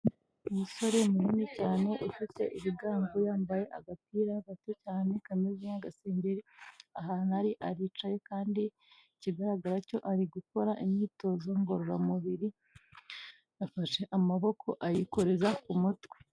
Umusore munini cyane ufite ibiganju yambaye agapira gato cyane kameze nk'agasenge, ahantu ari aricaye kandi ikigaragara cyo ari gukora imyitozo ngororamubiri, afashe amaboko ayikoreza ku mutwe.